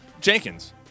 Jenkins